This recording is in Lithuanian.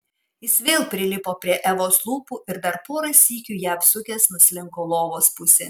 jis vėl prilipo prie evos lūpų ir dar porą sykių ją apsukęs nuslinko lovos pusėn